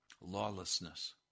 lawlessness